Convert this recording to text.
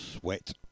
sweat